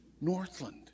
Northland